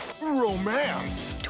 Romance